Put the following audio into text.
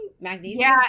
magnesium